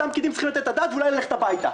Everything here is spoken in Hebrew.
אותם פקידים צריכים לתת את הדעת ואולי ללכת הביתה.